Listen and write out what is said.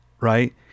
right